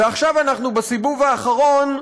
ועכשיו אנחנו בסיבוב האחרון,